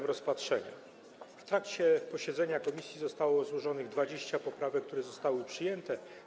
W trakcie posiedzenia komisji zostało złożonych 20 poprawek, które zostały przyjęte.